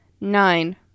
Nine